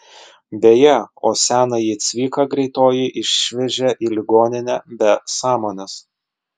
beje o senąjį cviką greitoji išvežė į ligoninę be sąmonės